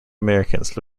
americans